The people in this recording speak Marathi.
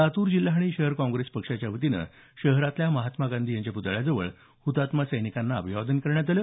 लातूर जिल्हा आणि शहर काँग्रेस पक्षाच्या वतीनं शहरातल्या महात्मा गांधी यांच्या प्तळ्याजवळ हतात्मा सैनिकांना अभिवादन केलं